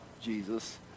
Jesus